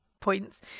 points